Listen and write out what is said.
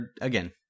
again